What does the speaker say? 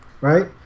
right